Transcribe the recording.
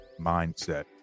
mindset